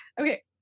Okay